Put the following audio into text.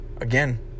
Again